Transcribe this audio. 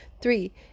three